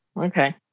Okay